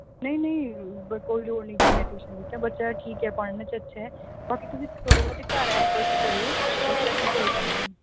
ਨਹੀਂ ਨਹੀਂ ਬ ਕੋਈ ਲੋੜ ਨਹੀਂ ਟਿਊਸ਼ਨ ਦੀ ਅਤੇ ਬੱਚਾ ਠੀਕ ਹੈ ਪੜ੍ਹਨ 'ਚ ਅੱਛਾ ਹੈ ਬਾਕੀ ਤੁਸੀਂ ਥੋੜੇ ਬਹੁਤੇ ਘਰ ਐਫਰਟਸ ਕਰਿਓ ਬੱਚਾ ਠੀਕ ਹੈ ਜੀ ਪੜ੍ਹਨ ਨੂੰ